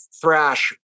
thrash